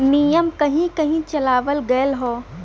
नियम कहीं कही चलावल गएल हौ